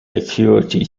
acuity